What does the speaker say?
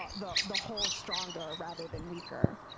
ah the the whole stronger rather than weaker.